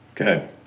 Okay